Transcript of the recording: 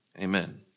Amen